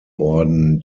orden